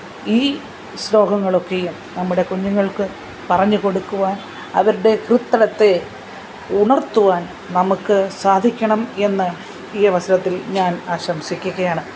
ഈ ശ്ലോകങ്ങളൊക്കെയും നമ്മുടെ കുഞ്ഞുങ്ങള്ക്ക് പറഞ്ഞു കൊടുക്കുവാന് അവരുടെ ഹൃത്തടത്തെ ഉണര്ത്തുവാന് നമുക്ക് സാധിക്കണം എന്ന് ഈ അവസരത്തില് ഞാന് ആശംസിക്കുകയാണ്